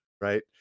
right